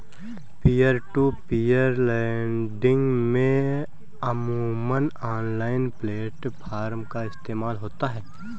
peer to peer lending में अमूमन online platform का इस्तेमाल होता है